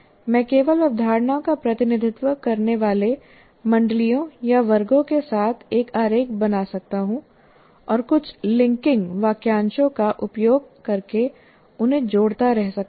मैं केवल अवधारणाओं का प्रतिनिधित्व करने वाले मंडलियों या वर्गों के साथ एक आरेख बना सकता हूं और कुछ लिंकिंग वाक्यांशों का उपयोग करके उन्हें जोड़ता रह सकता हूं